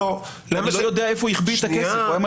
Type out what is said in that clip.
אני לא יודע היכן החביא את הכסף.